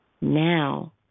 now